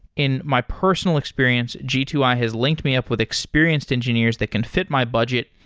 in my personal experience, g two i has linked me up with experienced engineers that can fit my budget,